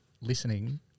listening